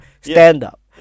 stand-up